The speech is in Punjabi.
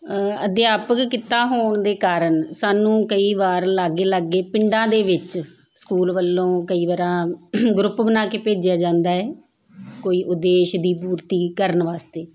ਅਧਿਆਪਕ ਕਿੱਤਾ ਹੋਣ ਦੇ ਕਾਰਨ ਸਾਨੂੰ ਕਈ ਵਾਰ ਲਾਗੇ ਲਾਗੇ ਪਿੰਡਾਂ ਦੇ ਵਿੱਚ ਸਕੂਲ ਵੱਲੋਂ ਕਈ ਵਾਰ ਗਰੁੱਪ ਬਣਾ ਕੇ ਭੇਜਿਆ ਜਾਂਦਾ ਹੈ ਕੋਈ ਉਦੇਸ਼ ਦੀ ਪੂਰਤੀ ਕਰਨ ਵਾਸਤੇ